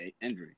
injury